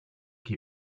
keep